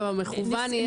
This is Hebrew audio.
משרד המשפטים, בסדר?